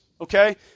Okay